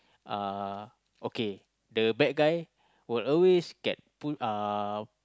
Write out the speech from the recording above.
uh okay the bad guy will always get pulled uh